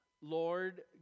Lord